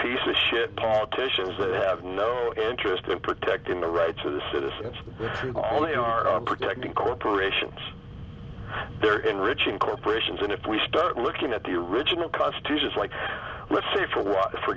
piece of shit politicians that have no interest in protecting the rights of the citizens they are protecting corporations they're enriching corporations and if we start looking at the original cost to just like let's say for